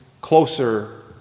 closer